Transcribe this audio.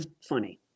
funny